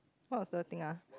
what was the thing ah